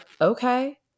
Okay